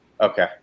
Okay